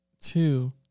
Two